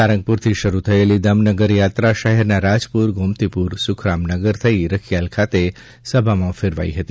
સાગંરપુરથી શરૂ થયેલી ધમ્મનગર યાત્રા શહેરના રાજપુર ગોમતીપુર સુખરામનગર થઈ રખિયાલ ખાતે સભામાં ફેરવાઈ હતી